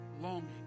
longing